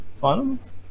finals